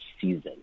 season